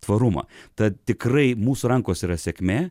tvarumą tad tikrai mūsų rankose yra sėkmė